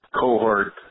cohort